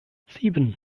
sieben